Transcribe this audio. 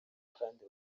kandi